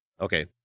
Okay